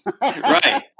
Right